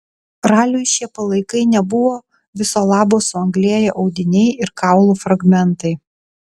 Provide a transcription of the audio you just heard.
raliui šie palaikai nebuvo viso labo suanglėję audiniai ir kaulų fragmentai